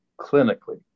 clinically